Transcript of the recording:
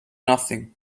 nothing